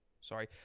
Sorry